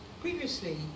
previously